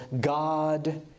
God